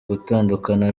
gutandukana